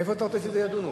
איפה אתה רוצה שידונו?